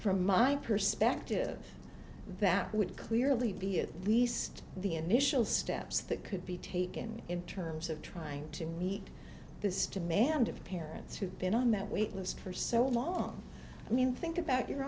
from my perspective that would clearly be at least the initial steps that could be taken in terms of trying to meet this demand of parents who've been on that weakness for so long i mean think about your